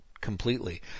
completely